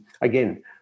again